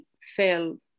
fail